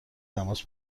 تماس